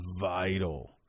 vital